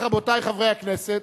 רבותי חברי הכנסת,